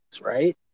right